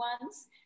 ones